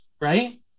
right